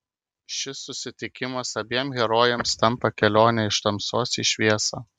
šis susitikimas abiem herojėms tampa kelione iš tamsos į šviesą